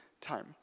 time